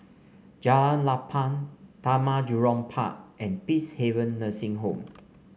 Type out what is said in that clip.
Jalan Lapang Taman Jurong Park and Peacehaven Nursing Home